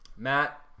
Matt